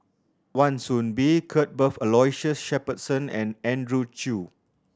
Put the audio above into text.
Wan Soon Bee Cuthbert Aloysius Shepherdson and Andrew Chew